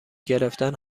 گرفتن